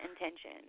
intention